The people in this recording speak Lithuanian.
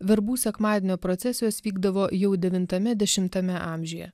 verbų sekmadienio procesijos vykdavo jau devintame dešimtame amžiuje